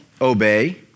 obey